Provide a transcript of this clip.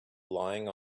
lying